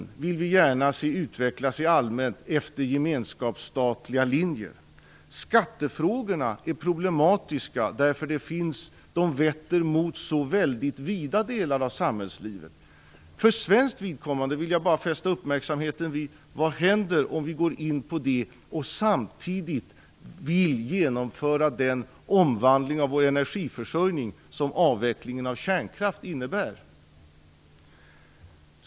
Vi vill gärna se att miljöpolitiken utvecklas allmänt efter gemenskapsstatliga linjer. Skattefrågorna är problematiska, eftersom de vätter mot så väldigt vida delar av samhällslivet. Jag vill för svenskt vidkommande bara fästa uppmärksamheten vid vad som händer om vi går in på detta, och samtidigt vill genomföra den omvandling av vår energiförsörjning som avvecklingen av kärnkraft innebär.